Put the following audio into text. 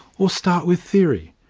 or start with theory?